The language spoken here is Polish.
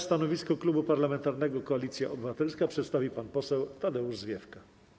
Stanowisko Klubu Parlamentarnego Koalicja Obywatelska przedstawi pan poseł Tadeusz Zwiefka.